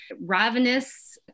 ravenous